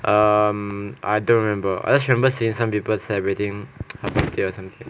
um I don't remember I just remember seeing some people celebrating her birthday or something